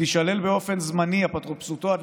תישלל באופן זמני אפוטרופסותו עד